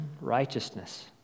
righteousness